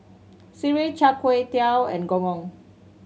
sireh Char Kway Teow and Gong Gong